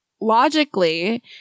logically